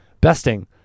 besting